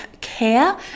care